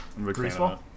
Greaseball